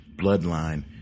bloodline